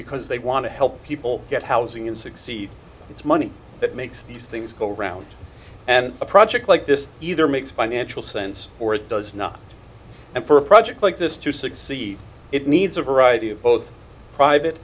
because they want to help people get housing and succeed it's money that makes these things go around and a project like this either makes financial sense or it does not and for a project like this to succeed it needs a variety of both private